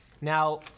Now